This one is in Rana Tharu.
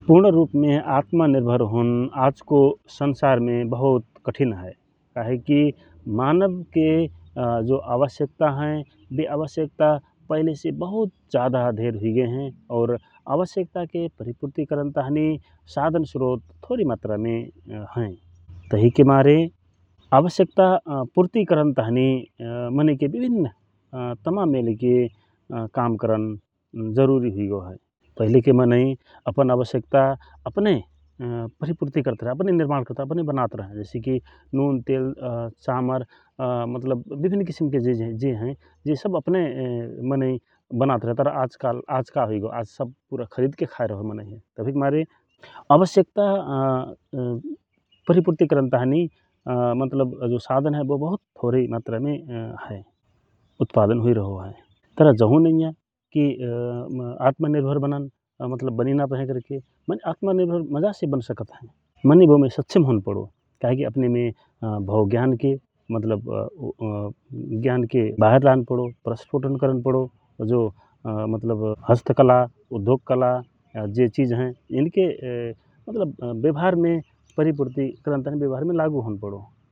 पुर्ण रूप में आत्मनिर्भर होन आज को संसार में बहुत कठिन हए । कहा कि मानव के जो आवश्यकता हए वे आवश्यकता पहले से बहुत ज्यादा धेर हुए गए हए और आवश्यकता के प्रतिकृति करन ताहि साधन, स्रोत थोरी मात्रा में हए, तहीं के मारें आवश्यकता पूर्ति करन ताँहि मनइ के विभिन्न तमाम मेले के काम कारन जरूरी हुइगव हए । पहले के मनइ अपन आवश्यकता अपने परिपुर्ति करत रहए अपने निर्माण करत रहए अपन बनात रहए, जैसे की नून तेल चमर मतलब विभिन्न किसिम के जे हए जे सब अपने मनइ बनात रहए तर आज कल आज सब पूरा खरीद के खा रहो हए मनइ, तभी मारे आवश्यकता परिपुर्ति करन ताहि मतलब जो साधन हए वो बहुत थोरी मात्रा में हए उत्पादन हुइ रह होए तर जहु नइया की आत्मनिर्भर बनन मतलब बनी नापए हए मतलब आत्मनिर्भर मज़ा से बन सकत हए मनइ जा मे सक्षम होन पडो का हे कि मनइ अपने में भव ज्ञान के मतलब ज्ञान के बाहर लान पडो प्रस्टपोटन करन पडो जो मतलब हस्त कला, उद्योग, कला जे चीज़ हए इनके मतलब व्यवहार में परिपूर्ति करन ताँहि परिवार में लागू होन पडो ।